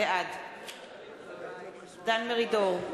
בעד דן מרידור,